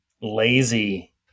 lazy